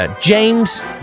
James